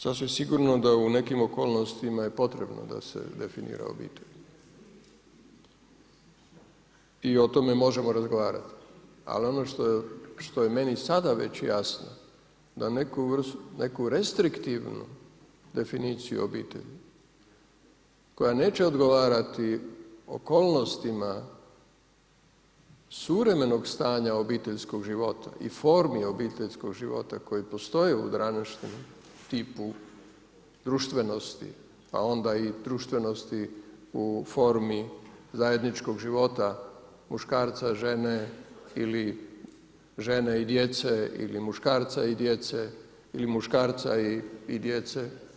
Sasvim sigurno da u nekim okolnostima je potrebno da se definira obitelj i o tome možemo razgovarati, ali ono što je meni sada već jasno da neku restriktivnu definiciju obitelji koja neće odgovarati okolnostima suvremenog stanja obiteljskog života i formi obiteljskog života koji postoje u današnjem tipu društvenosti, pa onda i društvenosti u formi zajedničkog života muškarca, žene ili žene i djece ili muškarca i djece ili muškarca i djece.